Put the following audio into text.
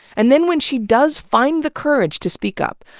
and then when she does find the courage to speak up,